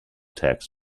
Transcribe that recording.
tax